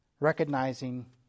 Recognizing